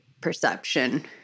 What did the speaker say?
perception